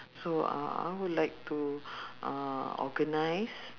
so uh I would like to uh organise